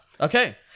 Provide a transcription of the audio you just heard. Okay